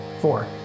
Four